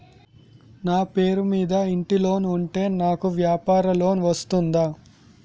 నా పేరు మీద ఇంటి లోన్ ఉంటే నాకు వ్యాపార లోన్ వస్తుందా?